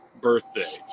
birthday